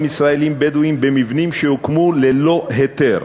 ישראלים בדואים במבנים שהוקמו ללא היתר